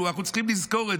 אנחנו צריכים לזכור את זה.